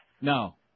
No